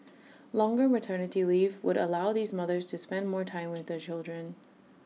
longer maternity leave would allow these mothers to spend more time with their children